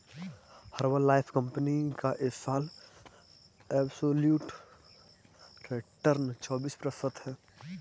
Herbalife company का इस साल एब्सोल्यूट रिटर्न चौबीस प्रतिशत है